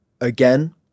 again